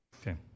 Okay